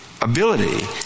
ability